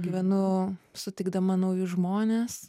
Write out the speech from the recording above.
gyvenu sutikdama naujus žmones